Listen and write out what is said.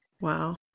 Wow